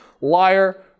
liar